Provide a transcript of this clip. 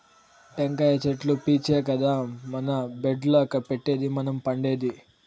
టెంకాయ చెట్లు పీచే కదా మన బెడ్డుల్ల పెట్టేది మనం పండేది